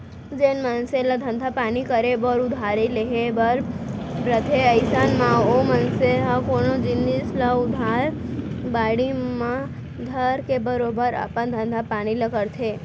जेन मनसे ल धंधा पानी करे बर उधारी लेहे बर रथे अइसन म ओ मनसे ह कोनो जिनिस ल उधार बाड़ी म धरके बरोबर अपन धंधा पानी ल करथे